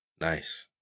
Nice